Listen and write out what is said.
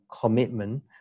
commitment